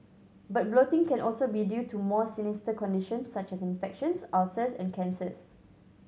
but bloating can also be due to more sinister conditions such as infections ulcers and cancers